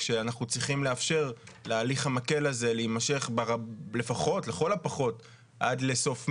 כשאנחנו צריכים לאפשר להליך המקל הזה להימשך לכל הפחות עד לסוף מרץ.